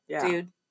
dude